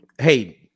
hey